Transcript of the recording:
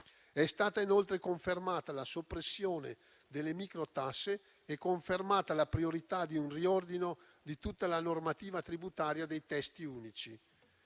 È stata inoltre confermata la soppressione delle microtasse e confermata la priorità di un riordino di tutta la normativa tributaria dei testi unici.